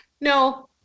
No